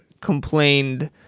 complained